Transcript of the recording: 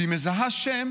שהיא מזהה שם